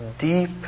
deep